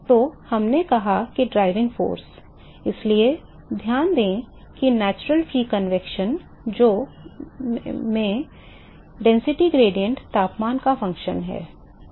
तो हमने कहा कि प्रेरक शक्ति इसलिए ध्यान दें कि प्राकृतिक मुक्त संवहन में घनत्व प्रवणता तापमान का फंक्शन है